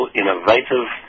innovative